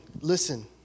Listen